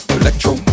electro